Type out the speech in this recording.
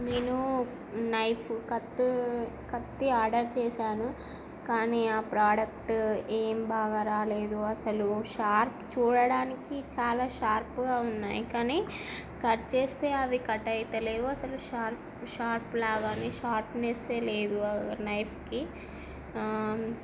నేను నైఫ్ కత్ కత్తి ఆర్డర్ చేశాను కానీ ఆ ప్రోడక్ట్ ఏం బాగా రాలేదు అసలు షార్ప్ చూడడానికి చాలా షార్ప్గా ఉన్నాయి కానీ కట్ చేస్తే అవి కట్ అయిత లేవు అసలు షార్ప్ షార్ప్లాగా షార్ప్నెస్ లేదు ఆ నైఫ్కి